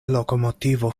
lokomotivo